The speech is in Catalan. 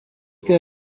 que